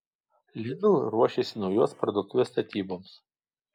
lidl ruošiasi naujos parduotuvės statyboms